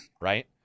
right